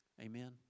Amen